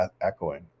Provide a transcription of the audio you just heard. echoing